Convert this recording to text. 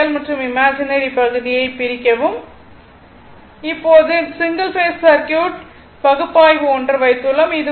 real மற்றும் imaginary பகுதியை பிரிக்கவும் இப்போது சிங்கிள் பேஸ் சர்க்யூட் பகுப்பாய்வு என்று வைத்துக்கொள்வோம்